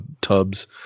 tubs